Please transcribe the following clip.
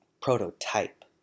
prototype